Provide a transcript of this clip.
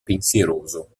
pensieroso